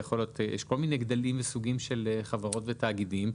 יש כל מיני סוגים של חברות ותאגידים,